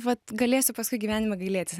vat galėsiu paskui gyvenime gailėtis